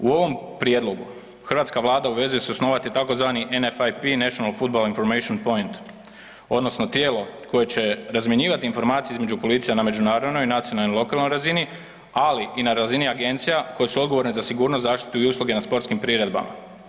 U ovom prijedlogu hrvatska Vlada obvezuje se osnovati tzv. NFIPs national football information points odnosno tijelo koje će razmjenjivati informacije između policija na međunarodnoj, nacionalnoj i lokalnoj razini, ali i na razini agencija koje su odgovorene za sigurnost zaštite i usluga na sportskim priredbama.